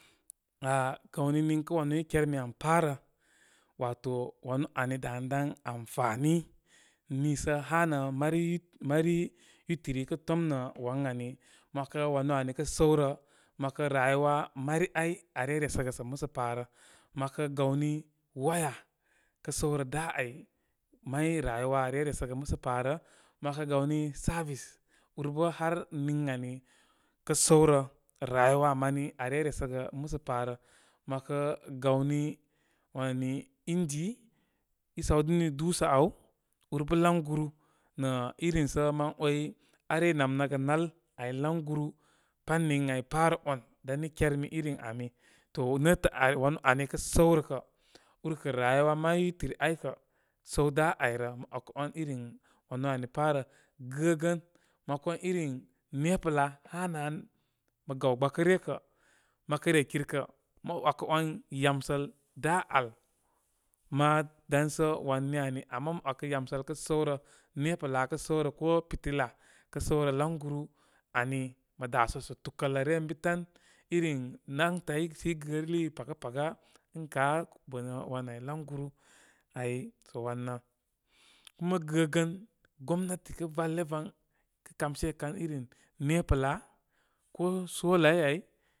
Gha gawni niŋkə wanu i kermi an pa rə, wato wanu ani danə dan amfani niisə hanə mari yut mari yutiri kə tomne wan ani. mə 'wakə wanə ari kə səw rə, mə kə raywa mari āy are resəgə sə musə fa rə. Mə 'wakə gawni, waya kə səw rə da' ay. May rayuwa are resəgə musə pa rə', mə 'wakə gawni, service ur bə' har niŋ ani. kə' sə rə, rayuwa mani are resəgə musə pa rə. Mə 'wakə gawni wani, ingi, i sawdini dusə āw. Ur bə' laŋguni nə' iri sə mə' way arey nam nəgə nāl āy layguru pani ənāy pa rə on- dan i ker mi irin ani. To, netətə' ari, wanu ani kə səw rə kə', ur kə' rayuwa may yutiri āy kə' səw da ayrə. Mə wakə 'wan irin wanu ani pa rə, gəgən mə 'wakə 'wan irin nepa laa. hanə han mə gaw gbakə ryə kə, məkə re kirkə mə 'wakə 'wan yamsəl da' al, ma dansə wani ni ani. Ama mə 'wakə' yamsəl kə səw rə, nepa laa kə' səwrə ko pitila kə səwrə. Laŋguru ani, mə dāsəsə' tukəl lə, ryə ən bi tan. Iri lantern sə i gərili paga-paga ən ka bənə wan ay laŋguru ay sə wanə. Kuma gəgən, gomnati kə vale van kə kamshe kan irin nepa laa' ko solai āy.